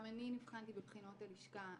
גם אני נבחנתי בבחינות הלשכה.